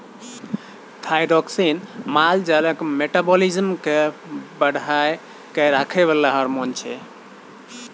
thyroxine माल जालक metabolism केँ बढ़ा कए राखय बला हार्मोन छै